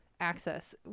access